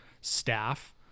staff